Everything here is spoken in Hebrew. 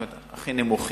זאת אומרת הכי נמוכים,